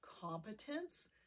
competence